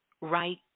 right